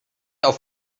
auf